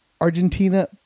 Argentina